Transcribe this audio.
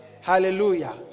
Hallelujah